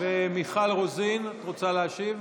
ומיכל רוזין, את רוצה להשיב?